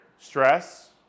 Stress